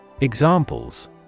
Examples